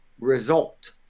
result